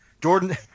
Jordan